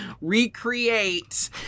recreate